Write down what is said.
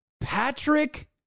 Patrick